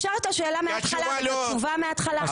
אפשר את השאלה מהתחלה ואת התשובה מהתחלה?